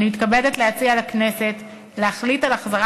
אני מתכבדת להציע לכנסת להחליט על החזרת